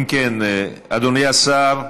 אם כן, אדוני השר,